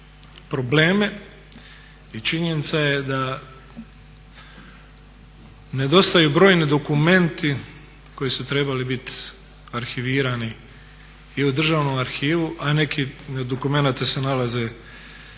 probleme i činjenica je da nedostaju brojni dokumenti koji su trebali biti arhivirani i u Državnom arhivu a neki od dokumenata se nalaze